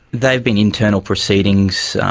they have been internal proceedings,